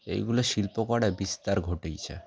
এইগুলো শিল্পকলায় বিস্তার ঘটিয়েছে